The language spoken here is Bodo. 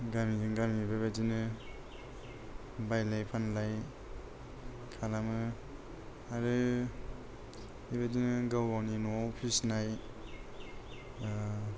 गामिजों गामि बेबादिनो बायलाय फानलाय खालामो आरो बेबादिनो गाव गावनि न'आव फिसिनाय ओ